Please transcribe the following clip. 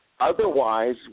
Otherwise